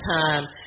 time